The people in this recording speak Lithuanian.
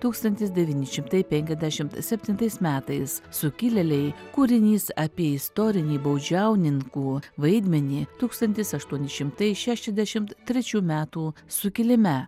tūkstantis devyni šimtai penkiadešimt septintais metais sukilėliai kūrinys apie istorinį baudžiauninkų vaidmenį tūkstantis aštuoni šimtai šešiasdešimt trečių metų sukilime